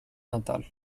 natal